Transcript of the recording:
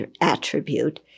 attribute